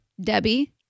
Debbie